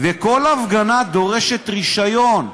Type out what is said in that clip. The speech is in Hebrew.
כל הפגנה דורשת רישיון,